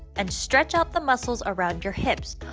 and stretch out the muscles around your hips.